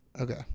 okay